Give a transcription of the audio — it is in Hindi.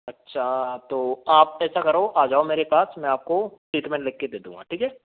अच्छा तो आप ऐसा करो आ जाओ मेरे पास मैं आपको ट्रीटमेंट लिख के दे दूंगा ठीक है